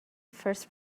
first